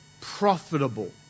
profitable